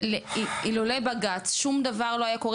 האחרון שרצינו להגיע